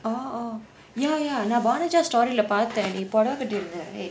orh orh ya ya நான்:naan பார்த்தேன் நீ புடவே கட்டி இருந்த:paarthaen nee pudava katti iruntha right